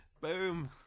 Boom